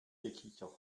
gekicher